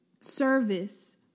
service